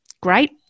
great